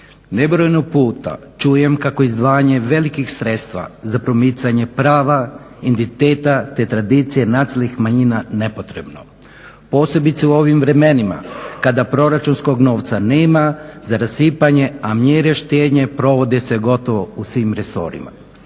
Nebrojeno puta čujem kako izdvajanje velikih sredstva za promicanje prava, identiteta te tradicije nacionalnih manjina nepotrebno, posebice u ovim vremenima kada proračunskog novca nema za rasipanje a mjere štednje provode se gotovo u svim resorima.